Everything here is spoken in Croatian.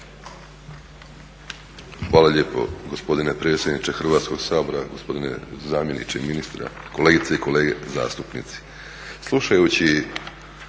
Hvala lijepo gospodine predsjedniče Hrvatskog sabora, gospodine zamjeniče ministra, kolegice i kolege zastupnici.